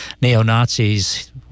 neo-Nazis